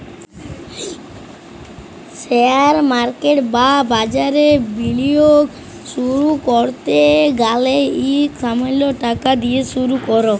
share market বা বাজারে বিলিয়গ শুরু ক্যরতে গ্যালে ইকট সামাল্য টাকা দিঁয়ে শুরু কর